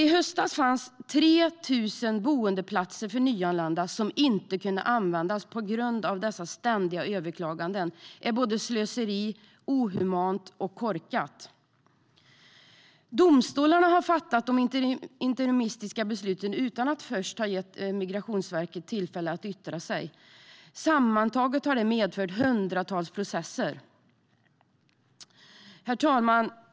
I höstas kunde 3 000 boendeplatser för nyanlända inte användas på grund av ständiga överklaganden. Det är slöseri, inhumant och korkat. Domstolarna har fattat de interimistiska besluten utan att först ge Migrationsverket tillfälle att yttra sig. Sammantaget har det lett till hundratals processer. Herr talman!